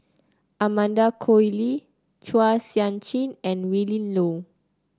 Amanda Koe Lee Chua Sian Chin and Willin Low